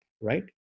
Right